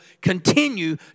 continue